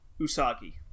usagi